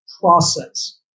process